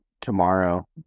tomorrow